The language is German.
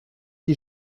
die